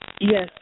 Yes